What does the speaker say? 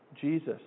Jesus